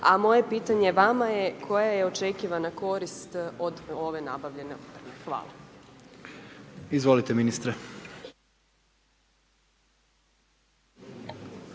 A moje pitanje vama je koja je očekivana korist od ove nabavljene opreme?